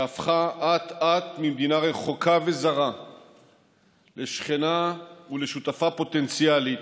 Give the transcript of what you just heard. שהפכה אט-אט ממדינה רחוקה וזרה לשכנה ולשותפה פוטנציאלית,